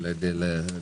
12:45.